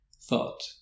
thought